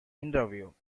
interview